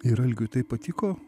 ir algiui taip patiko